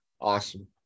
Awesome